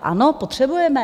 Ano, potřebujeme.